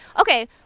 Okay